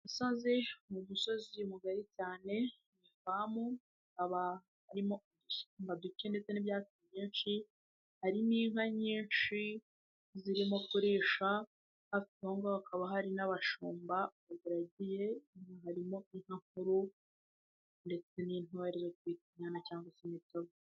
Umusozi, ni umusozi mugari cyane uriho ifamu, akaba harimo uduti dukeya ndetse n'ibyatsi byinshi, hari n'inka nyinshi zirimo kurisha, hafi ahongaho hakaba hari n'abashumba baziragiye, harimo inka nkuru n'intoya bita inyana cyangwa imitavu.